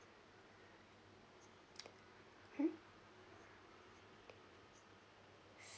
mm